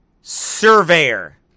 surveyor